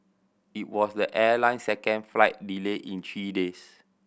it was the airline's second flight delay in three days